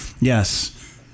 Yes